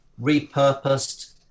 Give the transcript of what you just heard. repurposed